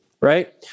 Right